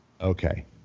okay